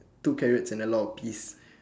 two carrots and a lot of peas